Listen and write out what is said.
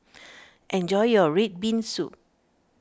enjoy your Red Bean Soup